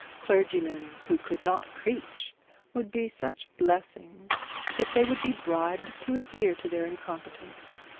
clergymen who could not preach would be such blessings that they would be bribed to adhere to their incompetence.